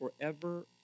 forever